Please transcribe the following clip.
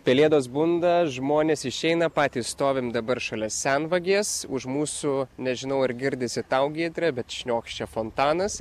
pelėdos bunda žmonės išeina patys stovim dabar šalia senvagės už mūsų nežinau ar girdisi tau giedre bet šniokščia fontanas